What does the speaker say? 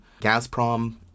Gazprom